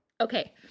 Okay